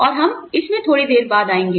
और हम इसमें थोड़ी देर बाद आएँगे